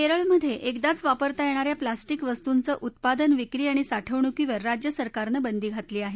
केरळमधे एकदाच वापरता येणा या प्लास्टिक वस्तूंचं उत्पादन विक्री आणि साठवणूकीवर राज्य सरकारनं बंदी घातली आहे